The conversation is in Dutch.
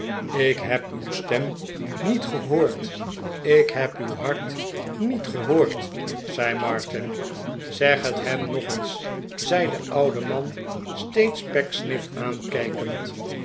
ik heb uw stem niet gehoord ik heb uw hart niet gehoord zei martin zeg het hem nog eens zei de oude man steeds pecksniff aankijkend